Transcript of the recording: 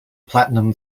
platinum